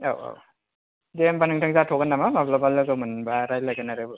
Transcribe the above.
औ औ दे होम्बा नोंथां जाथ'गोन नामा माब्लाबा लोगो मोनब्ला रायलायगोन आरो